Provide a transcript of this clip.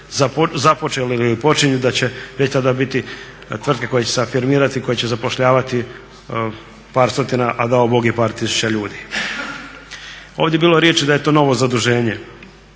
započele ili počinju da će već tada biti tvrtke koje će se afirmirati i koje će zapošljavati par stotina a dao Bog i par tisuća ljudi. Ovdje je bilo riječi da je to novo zaduženje.